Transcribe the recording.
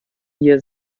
ihr